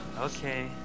Okay